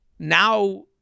Now